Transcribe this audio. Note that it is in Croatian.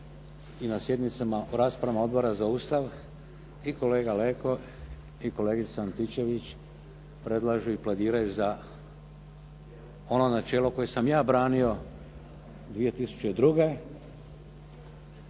i na sjednicama o raspravama, Odbora za Ustav i kolega Leko i kolegica Antičević predlažu i planiraju za ono načelo koje sam ja branio 2002.